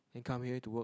then come here to work